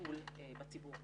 בטיפול בציבור,